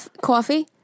Coffee